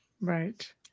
Right